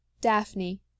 daphne